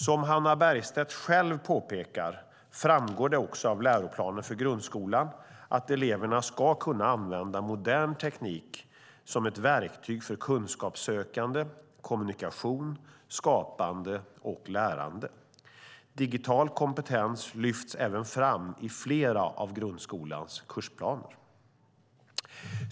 Som Hannah Bergstedt själv påpekar framgår det också av läroplanen för grundskolan att eleverna ska kunna använda modern teknik som ett verktyg för kunskapssökande, kommunikation, skapande och lärande. Digital kompetens lyfts även fram i flera av grundskolans kursplaner.